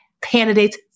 candidates